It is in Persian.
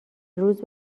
روز